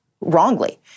wrongly